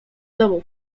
domu